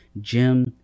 Jim